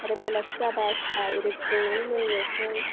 आरो बेलासि जाबा साहा एरि फुदुंनानै लोंनोसै